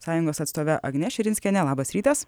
sąjungos atstove agne širinskiene labas rytas